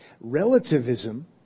Relativism